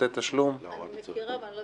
3) (מסירת תוצאות בדיקת ראייה ומרשם),